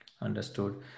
Understood